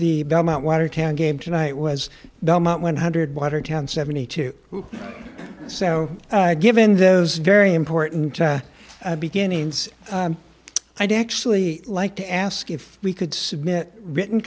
the belmont watertown game tonight was dominant one hundred watertown seventy two so given those very important beginnings i'd actually like to ask if we could submit written